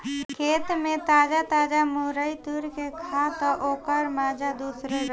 खेते में ताजा ताजा मुरई तुर के खा तअ ओकर माजा दूसरे रहेला